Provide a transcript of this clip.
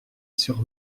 sur